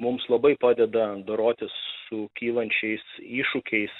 mums labai padeda dorotis su kylančiais iššūkiais